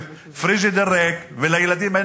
של פריג'ידר ריק,